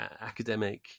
academic